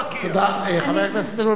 חבר הכנסת דנון,